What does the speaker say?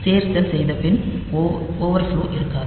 எனவே சேர்த்தல் செய்தபின் ஓவர் ஃப்லோ இருக்காது